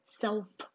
self